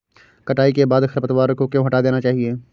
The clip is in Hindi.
कटाई के बाद खरपतवार को क्यो हटा देना चाहिए?